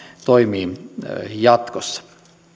toimii jatkossa